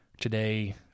today